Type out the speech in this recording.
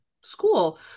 school